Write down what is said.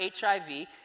hiv